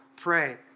pray